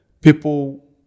people